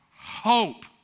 hope